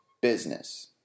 business